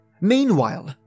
Meanwhile